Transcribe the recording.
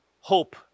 hope